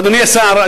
ואדוני השר,